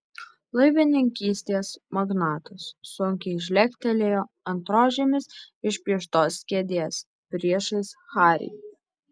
laivininkystės magnatas sunkiai žlegtelėjo ant rožėmis išpieštos kėdės priešais harį